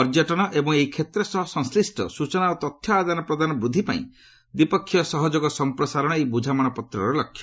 ପର୍ଯ୍ୟଟନ ଏବଂ ଏହି କ୍ଷେତ୍ର ସହ ସଂଶ୍ଲିଷ୍ଟ ସ୍ବଚନା ଓ ତଥ୍ୟ ଆଦାନ ପ୍ରଦାନ ବୃଦ୍ଧି ପାଇଁ ଦ୍ୱିପକ୍ଷ ସହଯୋଗ ସମ୍ପ୍ରସାରଣ ଏହି ବୁଝାମଣା ପତ୍ରର ଲକ୍ଷ୍ୟ